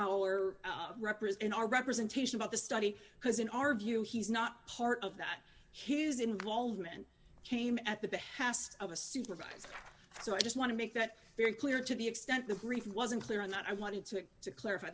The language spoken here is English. our represent our representation about the study because in our view he's not part of that his involvement came at the behest of a supervisor so i just want to make that very clear to the extent the brief wasn't clear on that i wanted to to clarify